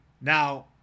Now